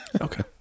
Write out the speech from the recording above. Okay